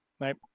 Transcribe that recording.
right